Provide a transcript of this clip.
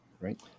right